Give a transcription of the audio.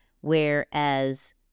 Whereas